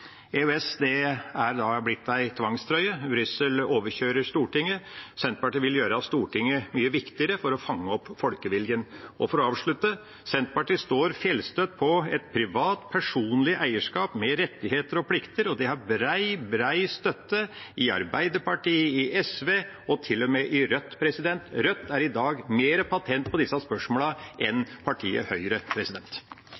å fange opp folkeviljen. Og for å avslutte: Senterpartiet står fjellstøtt på et privat personlig eierskap med rettigheter og plikter, og det er bred, bred støtte i Arbeiderpartiet, i SV og til og med i Rødt. Rødt er i dag mer patent på disse